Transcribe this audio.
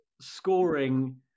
scoring